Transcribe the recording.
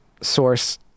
source